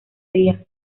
día